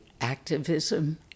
Activism